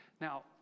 Now